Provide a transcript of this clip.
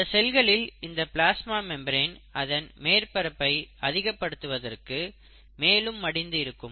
சில செல்களில் இந்த பிளாஸ்மா மெம்பரேன் அதன் மேற்பரப்பை அதிகப்படுத்துவதற்கு மேலும் மடிந்து இருக்கும்